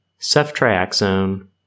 ceftriaxone